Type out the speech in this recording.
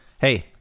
hey